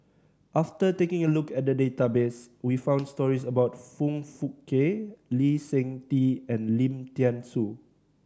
after taking a look at the database we found stories about Foong Fook Kay Lee Seng Tee and Lim Thean Soo